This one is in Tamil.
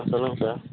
ஆ சொல்லுங்கள் சார்